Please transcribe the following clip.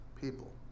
people